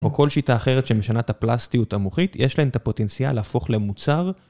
או כל שיטה אחרת שמשנה את הפלסטיות המוחית יש להן את הפוטנציאל להפוך למוצר